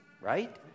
right